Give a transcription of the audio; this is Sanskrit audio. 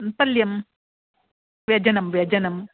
पल्यं व्यञ्जनं व्यञ्जनम्